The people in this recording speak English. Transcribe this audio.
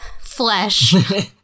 flesh